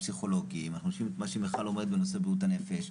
הפסיכולוגים ואנחנו שומעים את מה שמיכל אומרת בנושא בריאות הנפש,